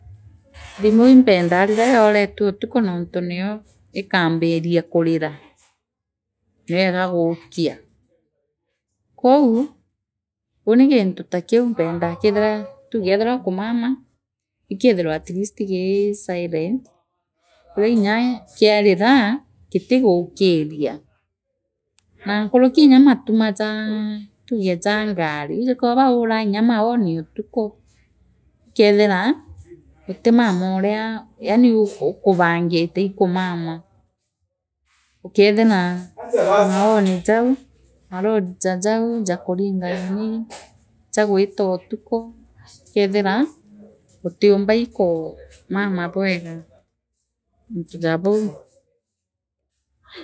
Thiimu impendaa riria yoonthe utuku noontu nio ikaambiria kurira niogegukia kwou uuni gintu takiu mpendaa kithira tuugee ethira ukumama ikiithire atleast gii silent uriainya kiarira gitiguukiria naa nkuruki nyaa matuma jaa tuge jaa ngari nwiji kwibo bauraa nyaa maoni utuku ukethira utimama una yaani u ukubangite ii kumama ukethira maonii jau malori ja jau jakuringa ninii jagwitootuku ukethira utiumba ii kuumama bwega ja buu.